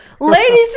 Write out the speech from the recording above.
ladies